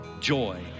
joy